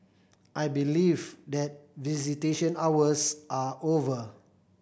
I believe that visitation hours are over